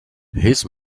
his